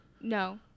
No